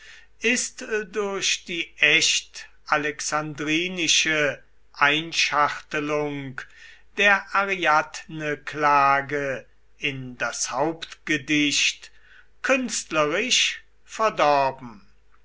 ist durch die echt alexandrinische einschachtelung der ariadneklage in das hauptgedicht künstlerisch verdorben